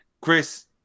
Chris